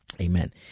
Amen